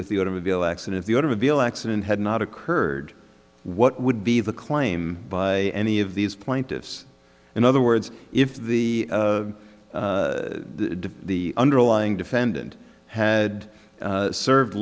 with the automobile accident the automobile accident had not occurred what would be the claim by any of these plaintiffs in other words if the underlying defendant had serve